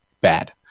bad